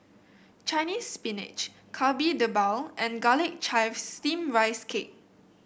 Chinese Spinach Kari Debal and Garlic Chives Steamed Rice Cake